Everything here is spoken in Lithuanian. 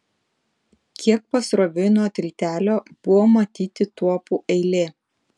kiek pasroviui nuo tiltelio buvo matyti tuopų eilė